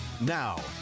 Now